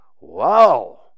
Wow